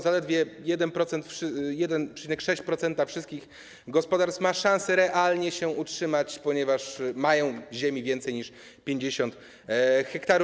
Zaledwie 1,6% wszystkich gospodarstw ma szansę realnie się utrzymać, ponieważ mają ziemi więcej niż 50 ha.